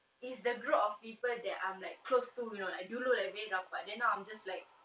it's the group of people that I'm like close to you know like dulu like very rapat then now I'm just like